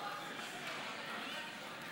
מסוים נתקבלה.